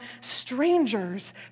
strangers